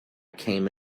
came